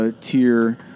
Tier